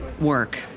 work